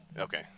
Okay